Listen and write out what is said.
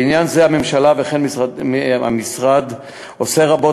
בעניין זה הממשלה וכן המשרד עושים רבות